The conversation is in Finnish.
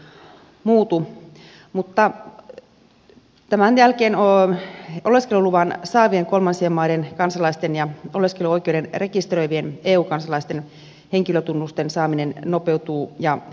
tämän jälkeen oleskeluluvan saavien kolmansien maiden kansalaisten ja oleskeluoikeuden rekisteröivien eu kansalaisten henkilötunnusten saaminen nopeutuu ja helpottuu